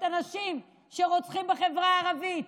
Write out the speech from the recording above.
את הנשים שרוצחים בחברה הערבית?